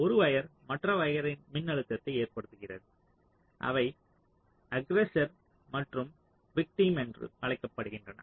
ஒரு வயர் மற்ற வயரின் மின்னழுத்தத்தை ஏற்படுத்துகிறது அவை அஃகிரெஸ்ஸர் மற்றும் விக்டிம் என்று அழைக்கப்படுகின்றன